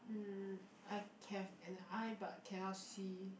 mm I have an eye but cannot see